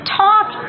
talk